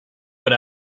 what